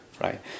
right